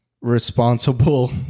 responsible